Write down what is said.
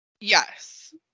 Yes